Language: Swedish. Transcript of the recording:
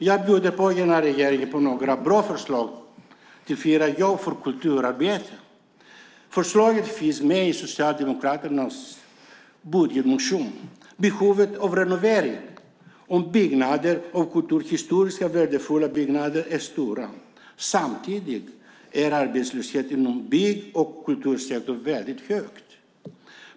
Jag bjuder regeringen på några bra förslag på jobb för kulturarbetare. Förslaget finns med i Socialdemokraternas budgetmotion. Behovet av renovering och ombyggnad av kulturhistoriskt värdefulla byggnader är stort. Samtidigt är arbetslösheten inom bygg och kultursektorn väldigt hög.